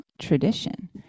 tradition